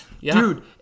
Dude